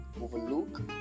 overlook